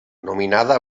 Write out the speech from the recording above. nominada